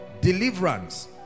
deliverance